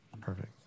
Perfect